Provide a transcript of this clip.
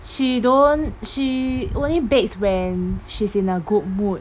she don't she only bakes when she's in a good mood